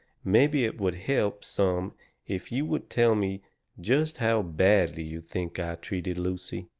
maybe it would help some if you would tell me just how badly you think i treated lucy.